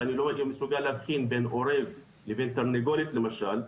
שאני לא מסוגל להבחין בין עורב לבין תרנגולת למשל,